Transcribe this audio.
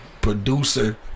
Producer